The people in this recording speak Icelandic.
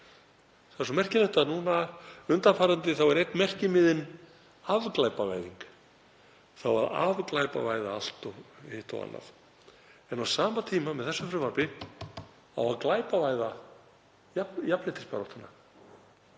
Það er svo merkilegt að núna undanfarandi er einn merkimiðinn afglæpavæðing, það á að afglæpavæða allt, eitt og annað. En á sama tíma með þessu frumvarpi á að glæpavæða jafnréttisbaráttuna.